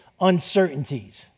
uncertainties